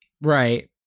Right